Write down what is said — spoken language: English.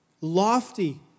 lofty